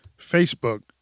Facebook